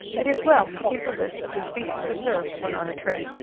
it is well to keep a list of the species observed when on a trip.